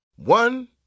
One